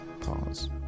pause